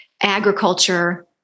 agriculture